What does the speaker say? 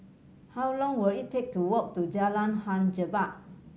how long will it take to walk to Jalan Hang Jebat